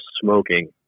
smoking